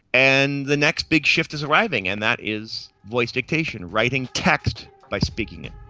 and the next big shift is arriving and that is voice dictation, writing text by speaking it.